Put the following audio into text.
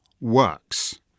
works